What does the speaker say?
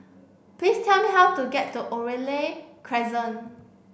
please tell me how to get to Oriole Crescent